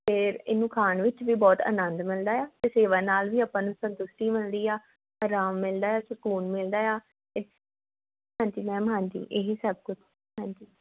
ਫਿਰ ਇਹਨੂੰ ਖਾਣ ਵਿੱਚ ਵੀ ਬਹੁਤ ਆਨੰਦ ਮਿਲਦਾ ਆ ਅਤੇ ਸੇਵਾ ਨਾਲ ਵੀ ਆਪਾਂ ਨੂੰ ਸੰਤੁਸ਼ਟੀ ਮਿਲਦੀ ਆ ਆਰਾਮ ਮਿਲਦਾ ਸਕੂਨ ਮਿਲਦਾ ਆ ਅਤੇ ਹਾਂਜੀ ਮੈਮ ਹਾਂਜੀ ਇਹ ਸਭ ਕੁਛ ਹਾਂਜੀ